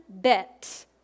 bit